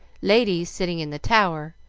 ladies sitting in the tower,